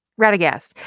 Radagast